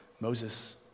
Moses